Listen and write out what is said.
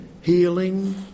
healing